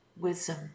wisdom